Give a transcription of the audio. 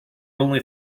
only